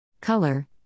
Color